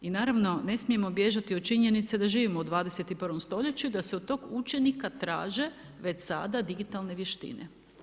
I naravno, ne smijemo bježati od činjenice da živimo u 21, stoljeću i da se od tog učenika traže već sada digitalne vještine.